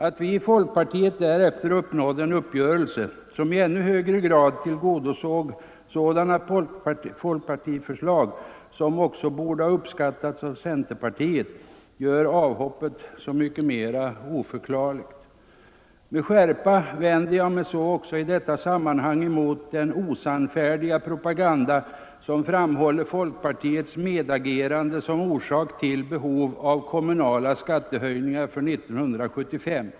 Att vi i folkpartiet därefter nådde en uppgörelse som i ännu högre grad tillgodosåg sådana folkpartiförslag som också borde ha uppskattats av centerpartiet gör avhoppet så mycket mer oförklarligt. Med skärpa vänder jag mig också i detta sammanhang mot den osannfärdiga propaganda som framhåller folkpartiets medagerande som orsak till behovet av kommunala skattehöjningar för 1975.